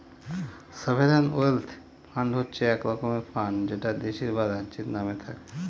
sovereign wealth fund হচ্ছে এক রকমের ফান্ড যেটা দেশের বা রাজ্যের নামে থাকে